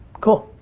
cool.